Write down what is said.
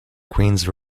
queens